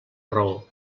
raó